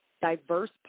diverse